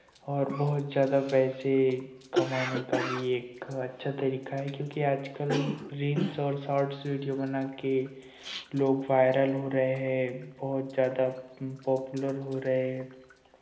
और बहुत ज़्यादा पैसे कमाने का भी एक अच्छा तरीका है क्योंकि आज कल रील्स और शॉर्ट्स वीडियो बना के लोग वायरल हो रहे हैं बहुत ज़्यादा पॉपुलर हो रहे हैं